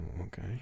Okay